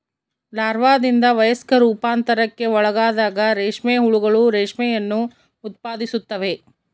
ಲಾರ್ವಾದಿಂದ ವಯಸ್ಕ ರೂಪಾಂತರಕ್ಕೆ ಒಳಗಾದಾಗ ರೇಷ್ಮೆ ಹುಳುಗಳು ರೇಷ್ಮೆಯನ್ನು ಉತ್ಪಾದಿಸುತ್ತವೆ